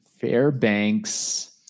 fairbanks